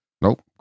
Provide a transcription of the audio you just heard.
Nope